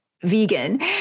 vegan